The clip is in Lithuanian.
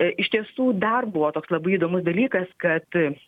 iš tiesų dar buvo toks labai įdomus dalykas kad